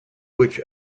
which